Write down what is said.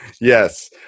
Yes